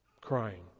Crying